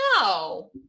No